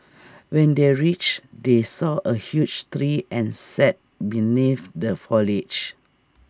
when they reached they saw A huge tree and sat beneath the foliage